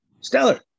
stellar